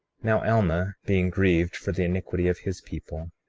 now alma, being grieved for the iniquity of his people,